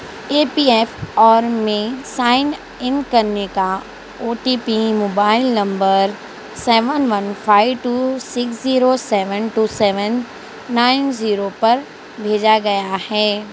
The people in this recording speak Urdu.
ای پی ایف آن میں سائن ان کرنے کا O T P mobile number seven one five two six zero seven two seven nine zero پر بھیجا گیا ہے